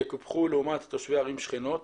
יקופחו לעומת תושבי ערים שכנות,